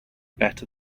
better